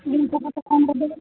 ଜିନିଷ ପତ୍ର କମରେ ଦେଲେ